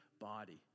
body